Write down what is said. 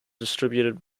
distributed